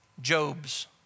Job's